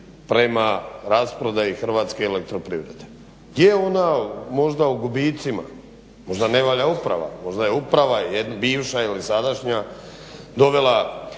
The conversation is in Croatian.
prema rasprodaji Hrvatske elektroprivrede. je ona možda u gubicima, možda ne valja uprava. Možda je uprava bivša ili sadašnja dovela